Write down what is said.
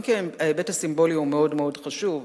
אם כי ההיבט הסימבולי הוא מאוד מאוד חשוב.